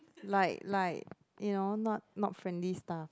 like like you know not not friendly stuff